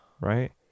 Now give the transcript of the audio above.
right